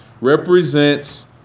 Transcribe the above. represents